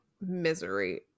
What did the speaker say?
misery